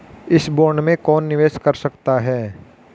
इस बॉन्ड में कौन निवेश कर सकता है?